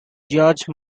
george